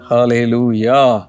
Hallelujah